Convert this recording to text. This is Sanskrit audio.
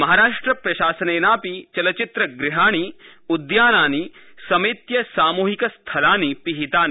महाराष्ट्र प्रशासनेनापि चलचित्रगृहाणि उद्यानानि समेत्य सामूहिकस्थलानि पिहितानि